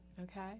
okay